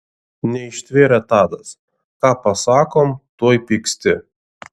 neištvėrė tadas ką pasakom tuoj pyksti